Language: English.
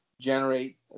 generate